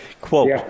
Quote